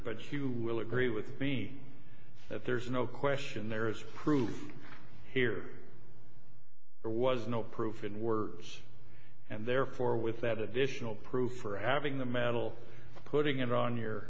you will agree with me that there's no question there is proof here there was no proof in words and therefore with that additional proof for having the medal putting it on your